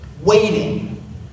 waiting